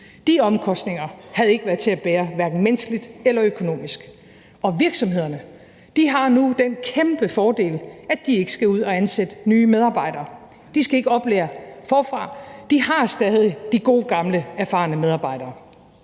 De omkostninger havde ikke været til at bære hverken menneskeligt eller økonomisk. Og virksomhederne har nu den kæmpe fordel, at de ikke skal ud at ansætte nye medarbejdere. De skal ikke oplære forfra. De har stadig de gode gamle erfarne medarbejdere.